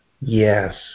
yes